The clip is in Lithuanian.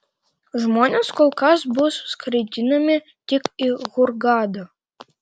žmonės kol kas bus skraidinami tik į hurgadą